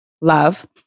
love